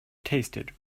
tasted